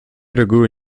reguły